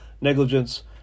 negligence